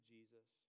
Jesus